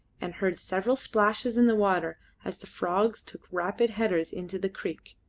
and heard several splashes in the water as the frogs took rapid headers into the creek.